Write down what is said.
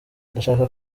ndashaka